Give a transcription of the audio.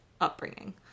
upbringing